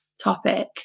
topic